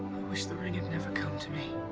wish the ring had never come to me